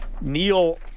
Neil